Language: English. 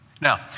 Now